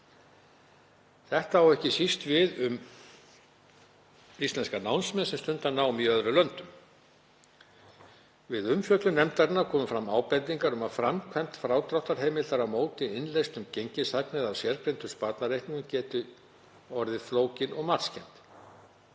Þetta á ekki síst við um íslenska námsmenn sem stunda nám í öðrum löndum. Við umfjöllun meiri hlutans komu fram ábendingar um að framkvæmd frádráttarheimildar á móti innleystum gengishagnaði af sérgreindum sparnaðarreikningum gæti orðið flókin og matskennd.